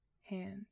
hand